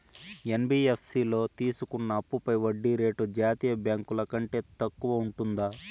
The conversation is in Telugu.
యన్.బి.యఫ్.సి లో తీసుకున్న అప్పుపై వడ్డీ రేటు జాతీయ బ్యాంకు ల కంటే తక్కువ ఉంటుందా?